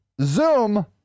Zoom